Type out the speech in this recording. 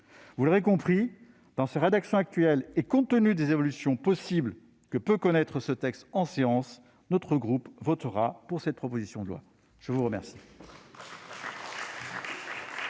vous l'aurez compris, dans sa rédaction actuelle, et compte tenu des évolutions possibles que peut connaître ce texte en séance, notre groupe votera pour cette proposition de loi. La discussion